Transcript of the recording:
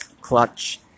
clutch